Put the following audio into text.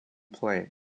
play